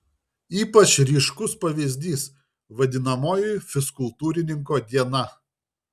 ypač ryškus pavyzdys vadinamoji fizkultūrininko diena